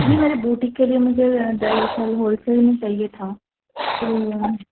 جی میرے بوٹیک کے لیے مجھے در اصل ہول سیل میں چاہیے تھا تو